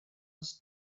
els